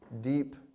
deep